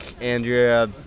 Andrea